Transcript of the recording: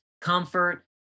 Comfort